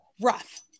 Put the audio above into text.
rough